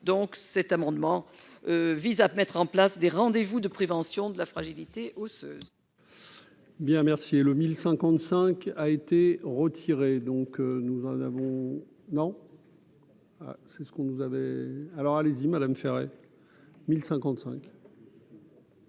donc, cet amendement vise à mettre en place des rendez vous de prévention de la fragilité osseuse.